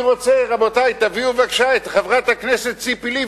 רבותי, תביאו בבקשה את חברת הכנסת ציפי לבני,